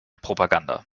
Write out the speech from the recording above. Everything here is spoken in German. propaganda